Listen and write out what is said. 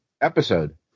episode